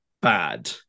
bad